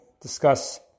discuss